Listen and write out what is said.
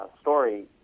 story